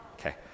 Okay